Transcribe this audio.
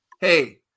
hey